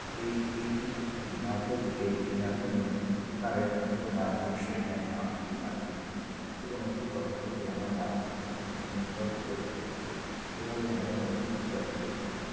সেই এই সমস্ত নার্সারি থেকে কেনার জন্য তারাই সমস্ত গাছ রেডি করে দেন আমি শুধু লাগিয়ে দিই এবং একটু যত্ন করলে আমার গাছ অত্যন্ত সুন্দরভাবে বেড়ে ওঠে এভাবেই আমি আমার গাছের যত্ন করে থাকি